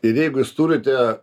ir jeigu jūs turite